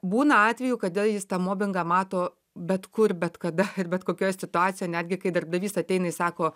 būna atvejų kada jis tą mobingą mato bet kur bet kada ir bet kokioj situacijoj netgi kai darbdavys ateina i sako